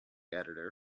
editor